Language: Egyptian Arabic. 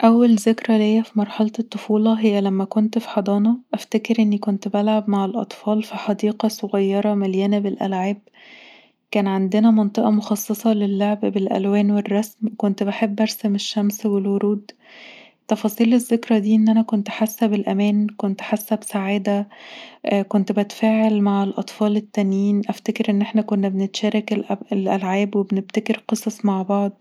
أول ذكرى ليا في مرحلة الطفولة هي لما كنت في حضانة. أفتكر إني كنت بلعب مع الأطفال في حديقة صغيرة مليانة بالألعاب. كان عندنا منطقة مخصصة للعب بالألوان والرسم، وكنت بحب أرسم الشمس والورود. تفاصيل الذكري دي ان انا كنت حاسه بالأمان كنت حاسه بسعادة كنت بتفاعل مع الأطفال التانيين، افتكر ان احنا كنا بنتشارك الألعاب وبنبتكر قصص مع بعض